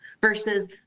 versus